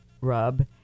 rub